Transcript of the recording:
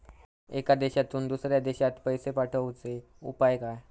एका देशातून दुसऱ्या देशात पैसे पाठवचे उपाय काय?